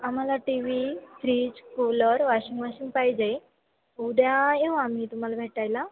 आम्हाला TV fridge cooler washing machine पाहिजे उद्या येऊ आम्ही तुम्हाला भेटायला